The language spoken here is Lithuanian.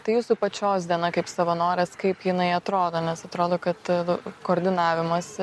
tai jūsų pačios diena kaip savanorės kaip jinai atrodo nes atrodo kad koordinavimas